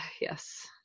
yes